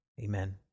Amen